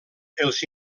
els